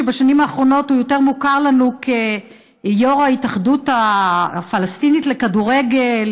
שבשנים האחרונות הוא יותר מוכר לנו כיו"ר ההתאחדות הפלסטינית לכדורגל,